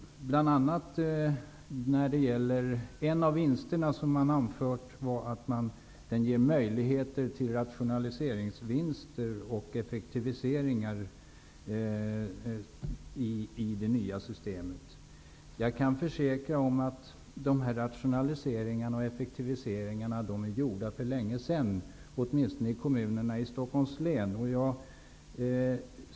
En av de fördelar som har framhållits är att det nya systemet ger möjligheter till rationaliseringsvinster och effektiviseringar. Jag kan försäkra att de rationaliseringarna och effektiviseringarna har gjorts för länge sedan, åtminstone i kommunerna i Stockholms län.